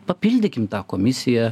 papildykim tą komisiją